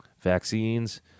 Vaccines